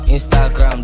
Instagram